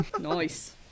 Nice